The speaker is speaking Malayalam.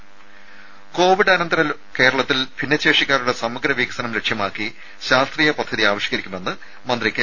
രെര കോവിഡ് അനന്തര കേരളത്തിൽ ഭിന്നശേഷിക്കാരുടെ സമഗ്ര വികസനം ലക്ഷ്യമാക്കി ശാസ്ത്രീയ പദ്ധതി ആവിഷ്കരിക്കുമെന്ന് മന്ത്രി കെ